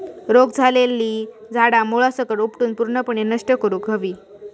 रोग झालेली झाडा मुळासकट उपटून पूर्णपणे नष्ट करुक हवी